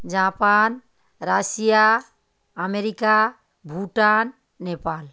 Japan Russia America Bhutan Nepal